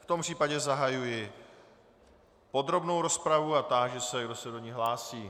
V tom případě zahajuji podrobnou rozpravu a táži se, kdo se do ní hlásí.